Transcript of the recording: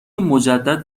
مجدد